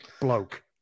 bloke